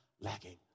lacking